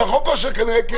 ולמכון כושר כנראה כן.